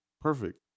Perfect